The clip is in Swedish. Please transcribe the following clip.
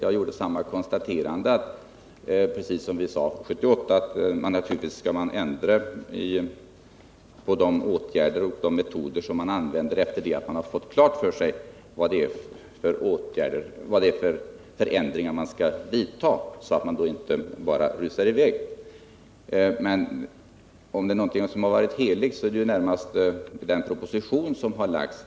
Jag gjorde samma konstaterande, precis som det sades i samband med beslutet 1978, att man naturligtvis skall ändra de åtgärder och metoder man använder efter det att man har fått klart för sig vilka ändringar som skall göras. Men om det är någonting som har varit heligt så är det närmast den proposition som lagts fram.